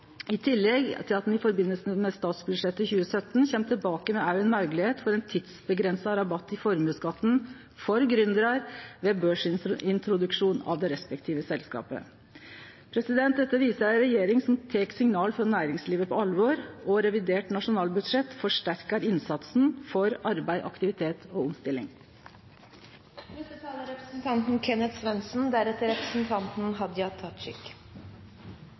I tillegg kjem ein i samband med statsbudsjettet for 2017 tilbake med moglegheit for ein tidsavgrensa rabatt i formuesskatten for gründerar ved børsintroduksjon av det respektive selskapet. Dette viser ei regjering som tek signala frå næringslivet på alvor, og revidert nasjonalbudsjett forsterkar innsatsen for arbeid, aktivitet og